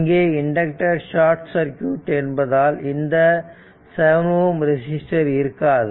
இங்கே inductor short circuit என்பதால் இந்த 7 Ω ரெசிஸ்டர் இருக்காது